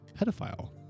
pedophile